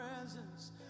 presence